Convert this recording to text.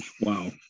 Wow